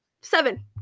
seven